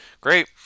Great